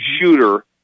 shooter